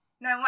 no